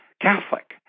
Catholic